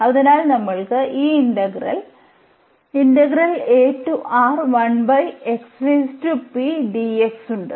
അതിനാൽ നമ്മൾക്ക് ഈ ഇന്റഗ്രൽഉണ്ട്